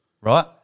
Right